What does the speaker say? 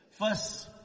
First